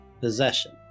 possession